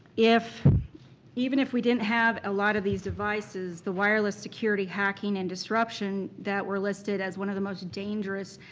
if even if we didn't have a lot of these devices, the wireless security hacking and disruption that were listed as one of the most dangerous